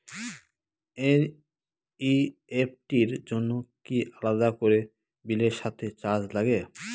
NEFT র জন্য কি আলাদা করে বিলের সাথে চার্জ লাগে?